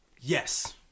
yes